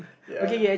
ya